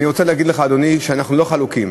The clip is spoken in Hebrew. אני רוצה להגיד לך, אדוני, שאנחנו לא חלוקים.